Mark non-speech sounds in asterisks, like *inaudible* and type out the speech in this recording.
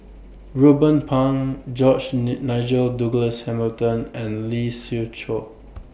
Ruben Pang George *unintelligible* Nigel Douglas Hamilton and Lee Siew Choh